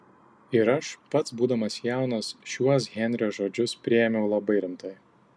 ir aš pats būdamas jaunas šiuos henrio žodžius priėmiau labai rimtai